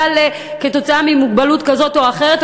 כתוצאה ממוגבלות כזאת או אחרת,